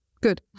Good